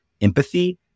empathy